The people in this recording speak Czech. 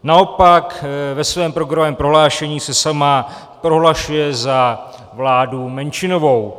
Naopak ve svém programovém prohlášení se sama prohlašuje za vládu menšinovou.